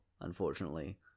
unfortunately